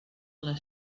les